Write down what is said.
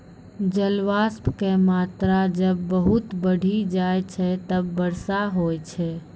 जलवाष्प के मात्रा जब बहुत बढ़ी जाय छै तब वर्षा होय छै